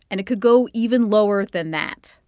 and it could go even lower than that.